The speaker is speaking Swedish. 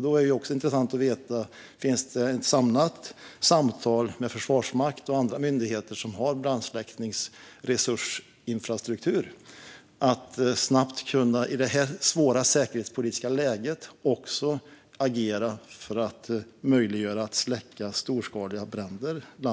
Då är det också intressant att få veta om det förs samlade samtal med Försvarsmakten och andra myndigheter som har infrastruktur för brandsläckningsresurser om att i detta svåra säkerhetspolitiska läge snabbt kunna agera för att möjliggöra släckning av storskaliga bränder över hela